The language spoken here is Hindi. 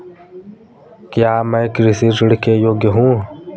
क्या मैं कृषि ऋण के योग्य हूँ?